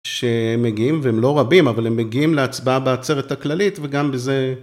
שהם מגיעים והם לא רבים, אבל הם מגיעים להצבעה בעצרת הכללית וגם בזה...